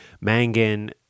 Mangan